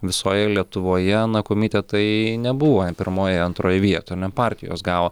visoje lietuvoje na komitetai nebuvo pirmoj antroj vietoj ar ne partijos gavo